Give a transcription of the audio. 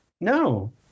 No